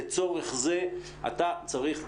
לצורך זה אתה צריך,